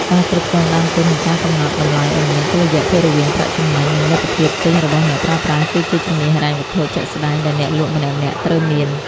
ការគ្រប់គ្រងដើមទុន និងការកំណត់តម្លៃលក់ឱ្យមានតុល្យភាពរវាងប្រាក់ចំណេញ និងលទ្ធភាពទិញរបស់អ្នកប្រើប្រាស់ គឺជាជំនាញហិរញ្ញវត្ថុជាក់ស្ដែងដែលអ្នកលក់ម្នាក់ៗត្រូវមាន។